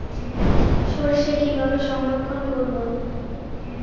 সরষে কিভাবে সংরক্ষণ করব?